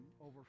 over